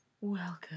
Welcome